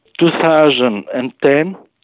2010